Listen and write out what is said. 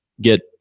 get